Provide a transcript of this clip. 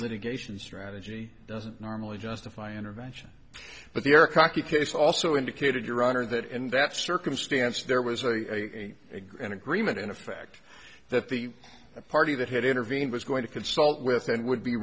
litigation strategy doesn't normally justify intervention but there kake case also indicated your honor that in that circumstance there was a great agreement in effect that the party that had intervened going to consult with and would be